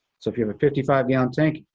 so if you have a fifty five gallon tank,